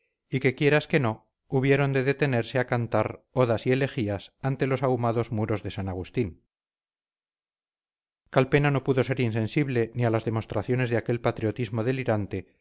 y que quieras que no hubieron de detenerse a cantar odas y elegías ante los ahumados muros de san agustín calpena no pudo ser insensible ni a las demostraciones de aquel patriotismo delirante